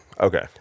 Okay